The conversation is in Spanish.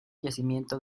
yacimientos